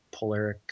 Polaric